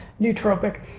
nootropic